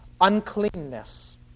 uncleanness